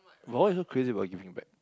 but why are you so crazy about giving back